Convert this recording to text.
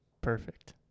Perfect